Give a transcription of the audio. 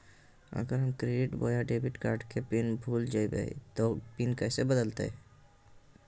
अगर हम क्रेडिट बोया डेबिट कॉर्ड के पिन भूल जइबे तो पिन कैसे बदलते?